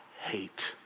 hate